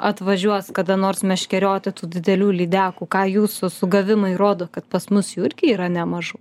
atvažiuos kada nors meškerioti tų didelių lydekų ką jūsų sugavimai rodo kad pas mus jų irgi yra nemažų